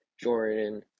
Jordan